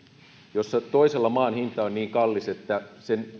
joista toisella maan hinta on niin kallis että se